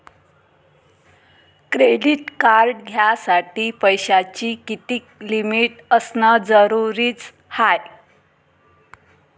Credit card घ्यासाठी पैशाची कितीक लिमिट असनं जरुरीच हाय?